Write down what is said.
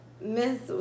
Miss